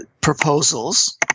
proposals